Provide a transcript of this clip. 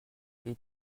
les